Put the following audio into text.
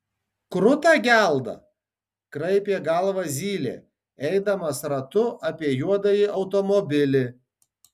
kruta gelda kraipė galvą zylė eidamas ratu apie juodąjį automobilį